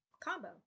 combo